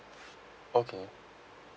okay